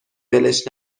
ولش